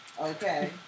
Okay